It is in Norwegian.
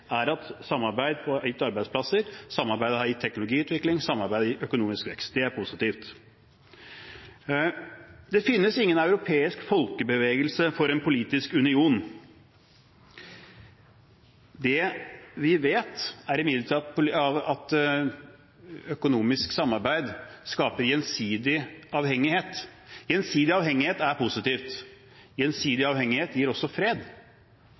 er at samarbeid har gitt arbeidsplasser, samarbeid har gitt teknologiutvikling, samarbeid har gitt økonomisk vekst. Det er positivt. Det finnes ingen europeisk folkebevegelse for en politisk union. Det vi vet, er imidlertid at økonomisk samarbeid skaper gjensidig avhengighet. Gjensidig avhengighet er positivt. Gjensidig avhengighet gir også fred.